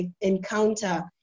encounter